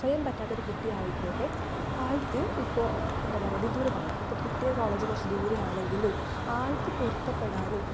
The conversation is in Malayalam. സ്വയം പറ്റാത്ത ഒരു കുട്ടിയായിക്കോട്ടെ ആൾക്ക് ഇപ്പോൾ എന്ത പറയുക വിദൂര പഠനം ഇപ്പോൾ കിട്ടിയ കോളേജ് കുറച്ച് ദൂരെയാണെങ്കിലും ആൾക്ക് പൊരുത്തപ്പെടാനും